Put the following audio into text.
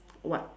what